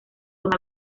toma